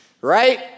right